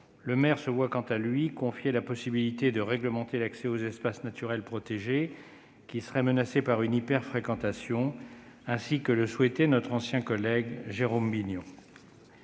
Le maire se voit quant à lui confier la possibilité de réglementer l'accès aux espaces naturels protégés qui seraient menacés par une hyperfréquentation, ainsi que le souhaitait notre ancien collègue Jérôme Bignon.